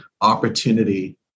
opportunity